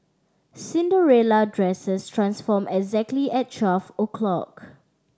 Cinderella dresses transformed exactly at twelve o' clock